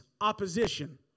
opposition